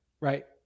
Right